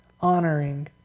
honoring